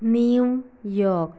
New York